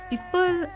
People